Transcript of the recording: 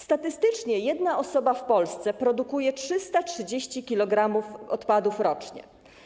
Statystycznie jedna osoba w Polsce produkuje 330 kg odpadów rocznie.